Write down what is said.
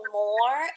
more